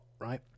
right